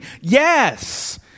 Yes